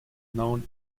known